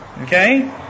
Okay